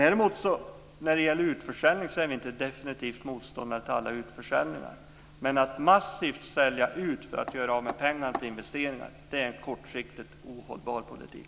Vi är definitivt inte motståndare till alla utförsäljningar. Men att massivt sälja ut för att göra av med pengar på investeringar är en kortsiktigt ohållbar politik.